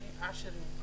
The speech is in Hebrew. עשירים,